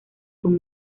con